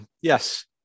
yes